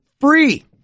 free